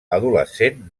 adolescent